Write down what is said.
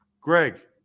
Greg